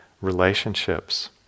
relationships